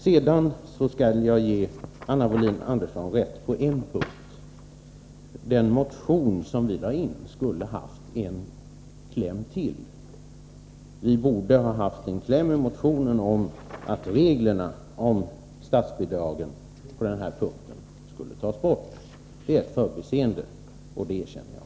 Sedan skall jag ge Anna Wohlin-Andersson rätt på en punkt. Den motion som vi väckte angående kollektivtrafikbidraget skulle ha haft en kläm till. Vi borde ha haft en kläm i motionen om att reglerna om statsbidragen på den här punkten skulle tas bort. Det är ett förbiseende, och det erkänner jag.